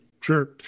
Sure